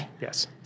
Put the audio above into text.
yes